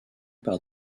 par